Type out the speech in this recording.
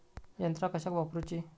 यंत्रा कशाक वापुरूची?